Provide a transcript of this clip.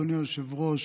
אדוני היושב-ראש,